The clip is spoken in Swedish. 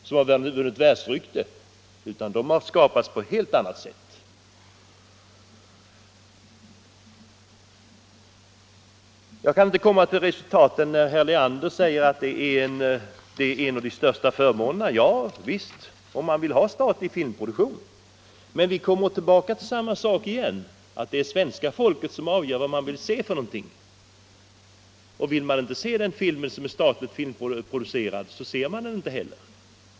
De filmer som vunnit världsrykte har skapats på helt annat sätt. Herr Leander säger att detta är en av de största förmånerna. Javisst, om man vill ha statlig filmproduktion. Men vi kommer tillbaka till samma sak igen. Det är svenska folket som avgör vad man vill se. Vill man inte se den film som är statligt producerad, så ser man den inte heller.